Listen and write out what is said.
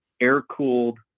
air-cooled